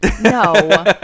no